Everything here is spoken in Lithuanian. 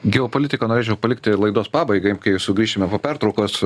geopolitiką norėčiau palikti laidos pabaigai kai sugrįšime po pertraukos